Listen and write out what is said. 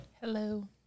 Hello